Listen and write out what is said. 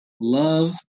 love